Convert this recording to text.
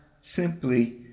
simply